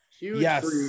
Yes